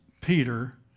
Peter